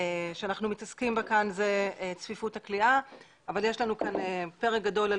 שאנחנו מתעסקים בה כאן היא צפיפות הכליאה אבל יש לנו כאן פרק גדול על